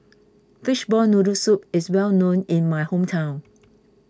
Fishball Noodle Soup is well known in my hometown